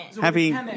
Happy